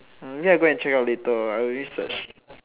maybe I go and check it out later I already search